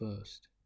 first